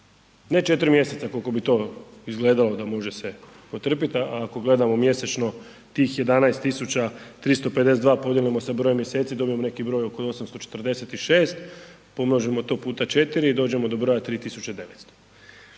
Ne 4 mjeseca koliko bi to izgledalo da može se otrpit ako gledamo mjesečno tih 11.352 podijelimo sa brojem mjeseci dobijemo neki broj oko 846, pomnožimo to puta 4 dođemo do broja 3.900.